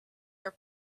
are